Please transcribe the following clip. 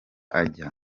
ajya